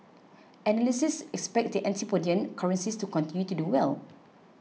analysts expect the antipodean currencies to continue to do well